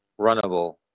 runnable